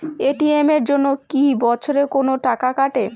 ATM এর জন্যে কি বছরে কোনো টাকা কাটে?